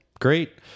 Great